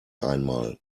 einmal